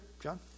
John